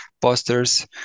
posters